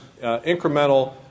incremental